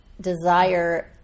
desire